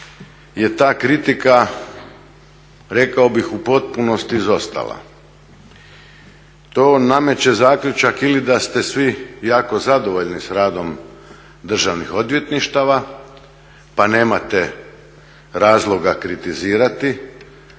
je ta kritika rekao bih u potpunosti izostala. To nameće zaključak ili da ste jako zadovoljni sa radom državnih odvjetništava pa nemate razloga kritizirati.